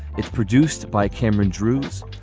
it's produced by cameron drewes.